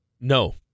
No